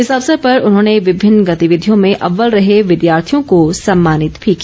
इस अवसर पर उन्होंने विंभिन्न गतिविधियों में अव्वल रहे विद्यार्थियों को सम्मानित किया